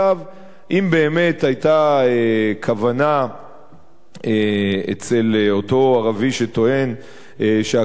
אם באמת היתה כוונה אצל אותו ערבי שטוען שהקרקע היא שלו,